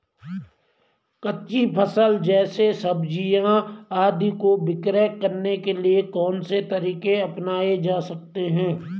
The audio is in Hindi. कच्ची फसल जैसे सब्जियाँ आदि को विक्रय करने के लिये कौन से तरीके अपनायें जा सकते हैं?